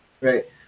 Right